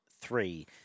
three